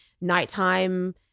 nighttime